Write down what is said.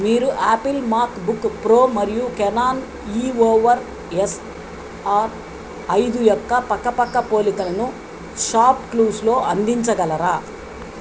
మీరు Apple MacBook Pro మరియు Canon EOS R ఐదు యొక్క పక్క పక్క పోలికలను షాప్క్లూస్లో అందించగలరా